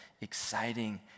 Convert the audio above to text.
exciting